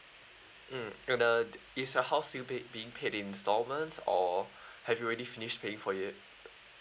mm and uh is your house still paid being paid installments or have already finished paying for it